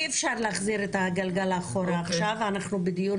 אי אפשר להחזיר את הגלגל אחורה עכשיו ואנחנו בדיון